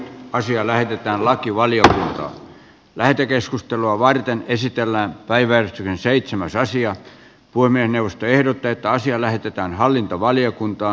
asia lähetetään lakivaliokuntaan lähetekeskustelua varten esitellään päivän seitsemän raisio poimia puhemiesneuvosto ehdottaa että asia lähetetään hallintovaliokuntaan